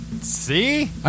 See